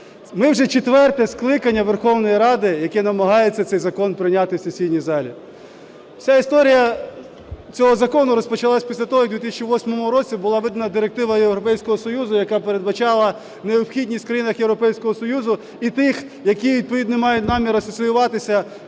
Ми вже четверте скликання Верховної Ради, яке намагається цей закон прийняти в сесійній залі. Вся історія цього закону розпочалася після того, як в 2008 році була видана Директива Європейського Союзу, яка передбачала необхідність в країнах Європейського Союзу і тих, які відповідно мають намір асоціюватися